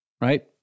right